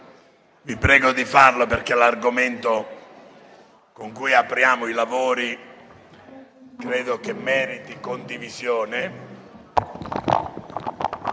vi prego di farlo perché l'argomento con cui apriamo i lavori credo meriti condivisione.